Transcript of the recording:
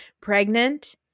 Pregnant